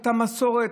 את המסורת,